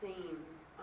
seems